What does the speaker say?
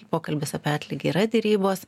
pokalbis apie atlygį yra derybos